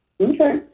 Okay